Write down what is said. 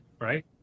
right